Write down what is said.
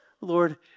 Lord